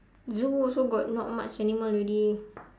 zoo also got not much animal already